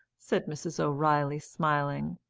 said mrs. o'reilly, smiling.